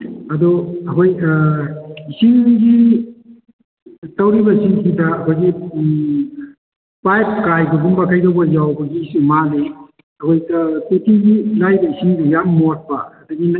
ꯑꯥꯗꯣ ꯑꯩꯈꯣꯏ ꯈꯔ ꯏꯁꯤꯡꯒꯤ ꯇꯧꯔꯤꯕꯁꯤꯡꯗꯨꯗ ꯑꯩꯈꯣꯏꯒꯤ ꯄꯥꯏꯞ ꯀꯥꯏꯕꯒꯨꯝꯕ ꯀꯩꯗꯧꯕ ꯌꯥꯎꯕꯒꯤꯁꯨ ꯃꯥꯜꯂꯤ ꯇꯣꯇꯤꯒꯤ ꯂꯦꯛꯏꯕ ꯏꯁꯤꯡꯗꯨ ꯌꯥꯝ ꯃꯣꯠꯄ ꯑꯗꯒꯤ